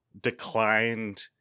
declined